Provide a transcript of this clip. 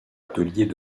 atelier